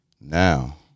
Now